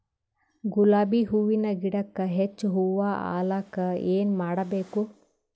ಗುಲಾಬಿ ಹೂವಿನ ಗಿಡಕ್ಕ ಹೆಚ್ಚ ಹೂವಾ ಆಲಕ ಏನ ಮಾಡಬೇಕು?